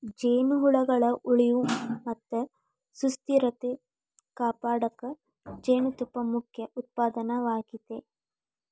ಜೇನುಹುಳಗಳ ಉಳಿವು ಮತ್ತ ಸುಸ್ಥಿರತೆ ಕಾಪಾಡಕ ಜೇನುತುಪ್ಪ ಮುಖ್ಯ ಉತ್ಪನ್ನವಾಗೇತಿ